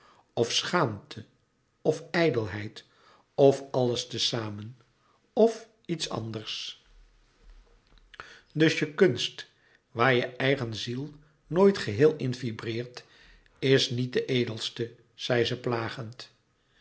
of schaamte of ijdelheid of alles te samen of iets anders dus je kunst waar je eigen ziel nooit geheel in vibreert is niet de edelste zei ze